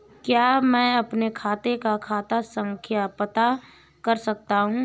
क्या मैं अपने खाते का खाता संख्या पता कर सकता हूँ?